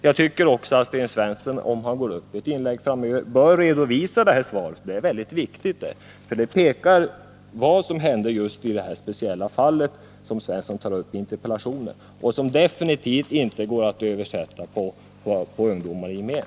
Jag tycker att Sten Svensson, om han begär ordet ännu en gång, bör redovisa svaret. Det är väldigt viktigt, för det pekar på vad som hände just i det speciella fall som Sten Svensson tar upp i interpellationen, vilket definitivt inte går att översätta på ungdomen i gemen.